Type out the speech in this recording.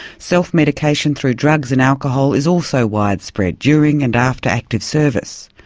self-medication through drugs and alcohol is also widespread during and after active service.